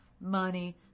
money